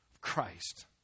Christ